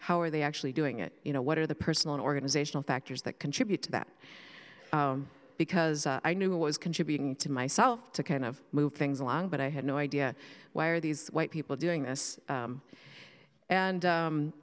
how are they actually doing it you know what are the personal an organizational factors that contribute to that because i knew i was contributing to myself to kind of move things along but i had no idea why are these white people doing this and